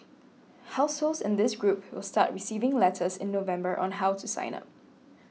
households in this group will start receiving letters in November on how to sign up